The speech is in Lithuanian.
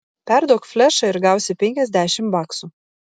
perduok flešą ir gausi penkiasdešimt baksų